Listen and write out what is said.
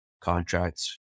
contracts